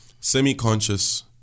semi-conscious